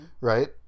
right